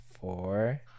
Four